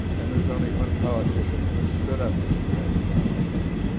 and there's only one politician who has stood up to it, and that's john mccain.